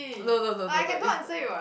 no no no no no is